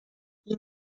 این